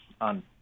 on